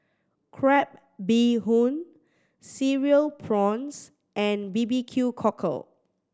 crab bee hoon Cereal Prawns and B B Q Cockle